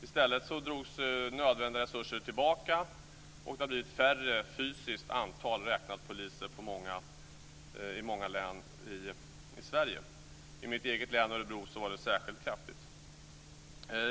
Här drogs i stället nödvändiga resurser tillbaka, och det har blivit ett lägre antal poliser rent fysiskt i många län i Sverige. I mitt eget län, Örebro, är det särskilt kraftigt.